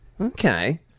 Okay